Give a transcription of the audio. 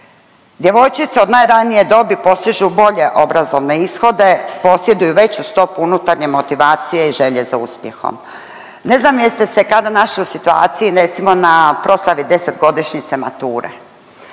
Djevojčice od najranije dobi postižu bolje obrazovne ishode, posjeduju veću stopu unutarnje motivacije i želje za uspjehom. Ne znam jeste se kada našli u situaciji recimo na proslavi 10-godišnjice mature,